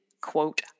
quote